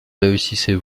réussissez